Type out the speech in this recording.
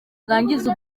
bwangiza